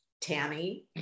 Tammy